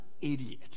idiot